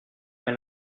elle